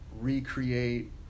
recreate